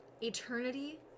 eternity